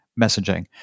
messaging